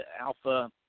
Alpha